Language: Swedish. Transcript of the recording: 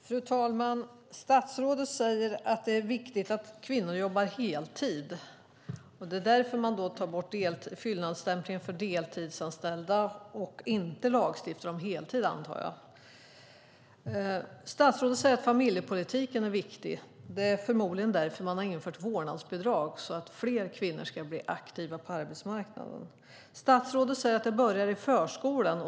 Fru talman! Statsrådet säger att det är viktigt att kvinnor jobbar heltid. Det är därför man tar bort fyllnadsstämplingen för deltidsanställda och inte lagstiftar om heltid, antar jag. Statsrådet säger att familjepolitiken är viktig. Det är förmodligen därför man har infört vårdnadsbidrag så att fler kvinnor ska bli aktiva på arbetsmarknaden. Statsrådet säger att det börjar i förskolan.